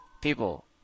people